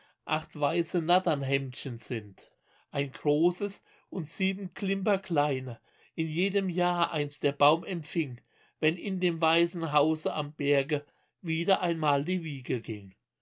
acht weiße natternhemdchen sind ein großes und sieben klimperkleine in jedem jahr eins der baum empfing wenn in dem weißen hause am berge wieder einmal die wiege ging